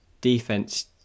defense